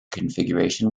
configuration